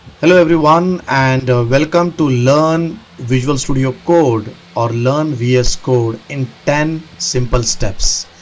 hello everyone, and welcome to learn visual studio code or learn vs ah so code in ten simple steps.